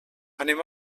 anem